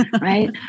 right